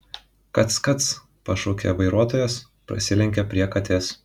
kac kac pašaukė vairuotojas pasilenkė prie katės